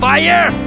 Fire